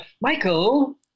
Michael